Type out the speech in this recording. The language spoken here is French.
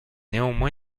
néanmoins